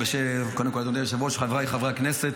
קודם כול, אדוני היושב-ראש, חבריי חברי הכנסת,